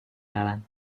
jalan